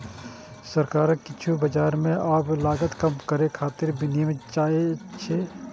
सरकार किछु बाजार मे आब लागत कम करै खातिर विनियम चाहै छै